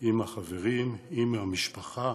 עם החברים, עם המשפחה,